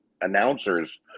announcers